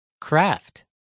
Craft